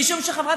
משום שחברת